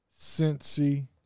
Cincy